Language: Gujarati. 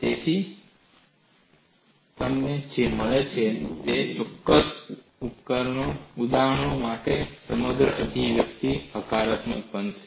તેથી તમને જે મળશે તે છે આપેલ ચોક્કસ ઉદાહરણો માટે સમગ્ર અભિવ્યક્તિ હકારાત્મક બનશે